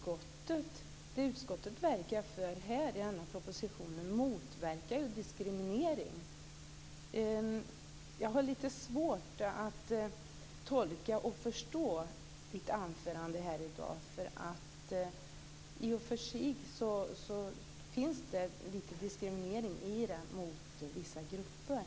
Det utskottet gör genom detta betänkande är att man motverkar diskriminering. Jag har lite svårt att förstå Amanda Agestavs anförande. Det innehåller lite av diskriminering mot vissa grupper.